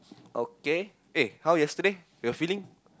okay eh how yesterday your feeling